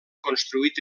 construït